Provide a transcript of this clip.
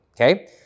okay